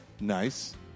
Nice